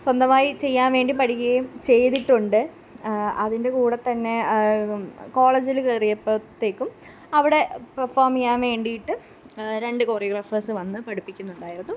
സ്വന്തമായി ചെയ്യാന് വേണ്ടി പഠിക്കുകയും ചെയ്തിട്ടുണ്ട് അതിന്റെകൂടെ തന്നെ കോളേജിൽ കയറിയപ്പോഴത്തേക്കും അവിടെ പെര്ഫോം ചെയ്യാന് വേണ്ടിയിട്ട് രണ്ട് കൊറിയോഗ്രാഫേഴ്സ് വന്നു പഠിപ്പിക്കുന്നുണ്ടായിരുന്നു